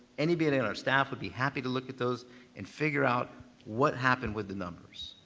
anybody on our staff would be happy to look at those and figure out what happened with the numbers.